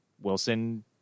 wilson